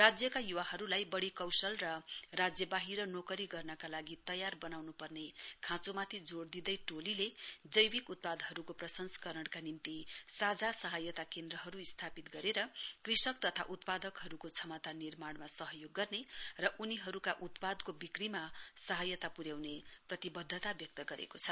राज्यका य्वाहरूलाई बढ़ी कौशल र राज्यवाहिर नोकरी गर्नका लागि तयार बनाउनुपर्ने खांचोमाथि जोड़ दिँदै टोलीले जैविक उत्पादहरूको प्रसंस्करणका निम्ति साझा स्हायता केन्द्रहरू स्थापित गरेर कृषक तथा उत्पादकहरूको क्षमता निर्माणमा सहयोग गर्ने र उनीहरूका उत्पादको विक्रीमा सहायता प्र्याउने प्रतिवद्वता व्यक्त गरेको छ